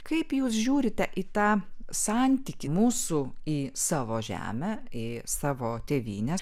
kaip jūs žiūrite į tą santykį mūsų į savo žemę į savo tėvynę